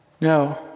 no